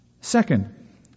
Second